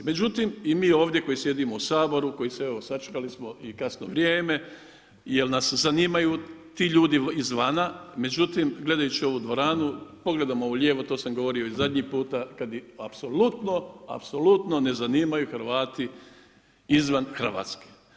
Međutim, i mi ovdje koji sjedimo u Saboru, koji se evo sačekali smo i kasno vrijeme jer nas zanimaju ti ljudi izvana, međutim, gledajući ovu dvoranu, pogledamo u lijevo to sam govorio i zadnji puta, kad ih apsolutno, apsolutno ne zanimaju Hrvati izvan Hrvatske.